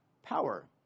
Power